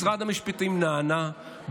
משרד המשפטים נענה,